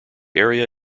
area